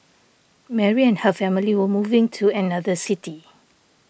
Mary and her family were moving to another city